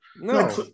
No